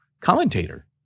commentator